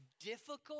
difficult